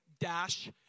Dash